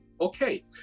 okay